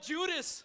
Judas